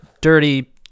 Dirty